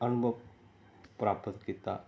ਅਨੁਭਵ ਪ੍ਰਾਪਤ ਕੀਤਾ